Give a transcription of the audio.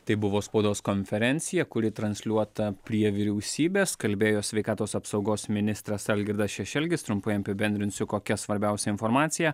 tai buvo spaudos konferencija kuri transliuota prie vyriausybės kalbėjo sveikatos apsaugos ministras algirdas šešelgis trumpai apibendrinsiu kokia svarbiausia informacija